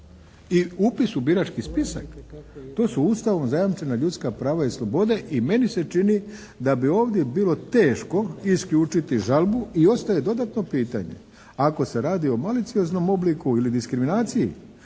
i upis u birački spisak? To su Ustavno zajamčena ljudska prava i slobode i meni se čini da bi ovdje bilo teško isključiti žalbu i ostaje dodatno pitanje ako se radi o malicioznom obliku ili diskriminaciji